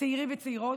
צעירים וצעירות,